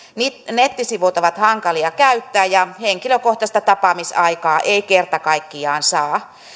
nettisivut ovat hankalia käyttää ja henkilökohtaista tapaamisaikaa ei kerta kaikkiaan saa